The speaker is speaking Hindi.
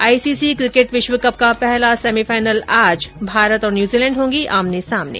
आईसीसी किकेट विश्वकप का पहला सेमीफाइनल आज भारत और न्यूजीलैण्ड होंगे आमने सामने